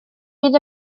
fydd